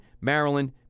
Maryland